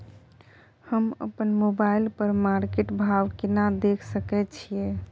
हम अपन मोबाइल पर मार्केट भाव केना देख सकै छिये?